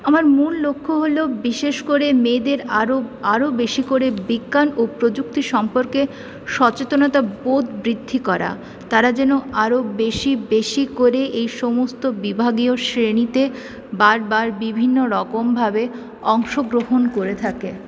আমার মূল লক্ষ্য হলো বিশেষ করে মেয়েদের আরও আরও বেশি করে বিজ্ঞান ও প্রযুক্তি সম্পর্কে সচেতনতা বোধ বৃদ্ধি করা তারা যেন আরও বেশি বেশি করে এই সমস্ত বিভাগীয় শ্রেণীতে বারবার বিভিন্নরকমভাবে অংশগ্রহণ করে থাকে